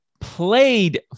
played